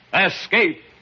Escape